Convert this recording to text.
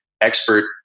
expert